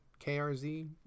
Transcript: KRZ